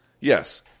Yes